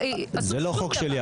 זה לא חוק שלי,